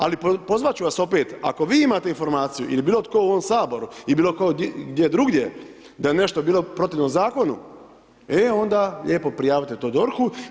Ali pozvati ću vas opet, ako vi imate informaciju ili bilo tko u ovom Saboru ili bilo tko gdje drugdje da je nešto bilo protivno zakonu e onda lijepo prijavite to DORH-u.